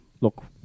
Look